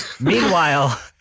Meanwhile